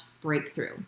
breakthrough